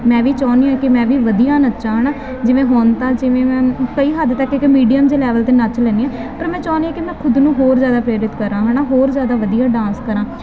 ਮੈਂ ਵੀ ਚਾਹੁੰਦੀ ਹਾਂ ਕਿ ਮੈਂ ਵੀ ਵਧੀਆ ਨੱਚਾਂ ਹੈ ਨਾ ਜਿਵੇਂ ਹੁਣ ਤਾਂ ਜਿਵੇਂ ਮੈਂ ਕਈ ਹੱਦ ਤੱਕ ਇੱਕ ਮੀਡੀਅਮ ਜਿਹੇ ਲੈਵਲ 'ਤੇ ਨੱਚ ਲੈਂਦੀ ਹਾਂ ਪਰ ਮੈਂ ਚਾਹੁੰਦੀ ਹਾਂ ਕਿ ਮੈਂ ਖੁਦ ਨੂੰ ਹੋਰ ਜ਼ਿਆਦਾ ਪ੍ਰੇਰਿਤ ਕਰਾਂ ਹੈ ਨਾ ਹੋਰ ਜ਼ਿਆਦਾ ਵਧੀਆ ਡਾਂਸ ਕਰਾਂ